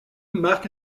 marque